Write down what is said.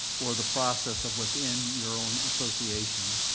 or the process of within your own association,